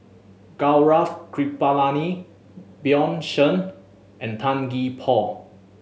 Gaurav Kripalani Bjorn Shen and Tan Gee Paw